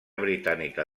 britànica